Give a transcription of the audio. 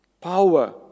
power